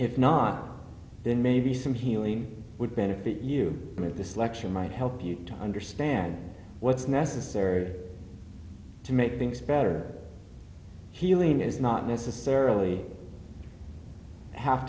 if not then maybe some healing would benefit you in this lecture might help you to understand what's necessary to make things better healing is not necessarily have